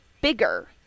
bigger